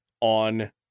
on